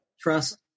Trust